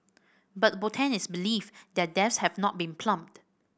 but botanists believe their depths have not been plumbed